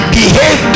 behave